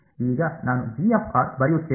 ಈಗ ನಾನು ಬರೆಯುತ್ತೇನೆ